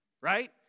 right